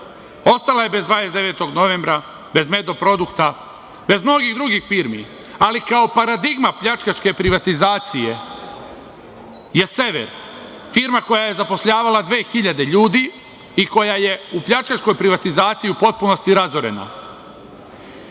Ostala je bez „29. novembra“, bez „Medoprodukta“, bez mnogih drugih firmi, ali kao paradigma pljačkaške privatizacije je „Sever“, firma koja je zapošljavala 2.000 ljudi i koja je u pljačkaškoj privatizaciji u potpunosti